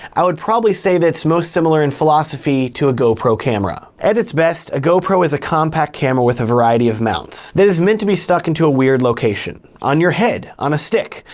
i would probably say that it's most similar in philosophy to a go-pro camera. at its best, a go-pro is a compact camera with a variety of mounts that is meant to be stuck into a weird location on your head, on a stick,